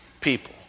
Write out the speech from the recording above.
people